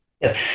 yes